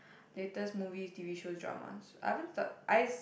latest movies T_V shows dramas I haven't start I s~